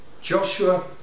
Joshua